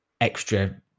extra